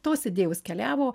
tos idėjos keliavo